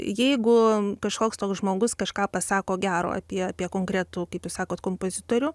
jeigu kažkoks toks žmogus kažką pasako gero apie apie konkretų kaip jūs sakot kompozitorių